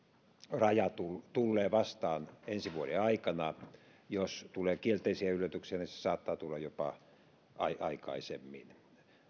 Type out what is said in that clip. raja tullee tullee vastaan ensi vuoden aikana jos tulee kielteisiä yllätyksiä niin se saattaa tulla jopa aikaisemmin